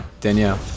Danielle